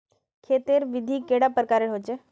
खेत तेर विधि कैडा प्रकारेर होचे?